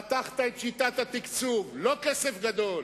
פתחת את שיטת התקצוב, לא כסף גדול,